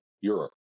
Europe